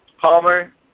Palmer